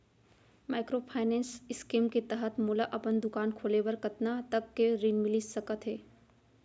Microfinance scheme के तहत मोला अपन दुकान खोले बर कतना तक के ऋण मिलिस सकत हे?